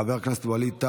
חבר הכנסת ווליד טאהא,